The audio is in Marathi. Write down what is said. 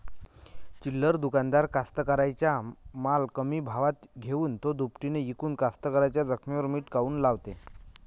चिल्लर दुकानदार कास्तकाराइच्या माल कमी भावात घेऊन थो दुपटीनं इकून कास्तकाराइच्या जखमेवर मीठ काऊन लावते?